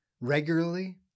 regularly